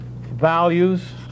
values